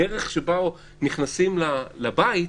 בדרך שבה נכנסים לבית,